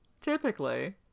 Typically